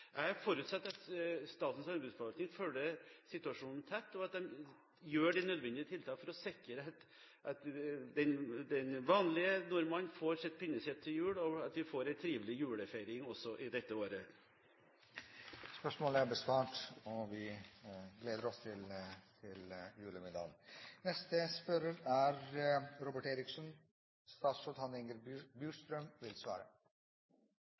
Jeg forutsetter at Statens landbruksforvaltning følger situasjonen tett, og at de gjør de nødvendige tiltak for å sikre at den vanlige nordmann får sitt pinnekjøtt til jul, og at vi får en trivelig julefeiring også i dette året. Spørsmålet er besvart, og vi gleder oss til